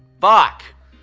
fuck!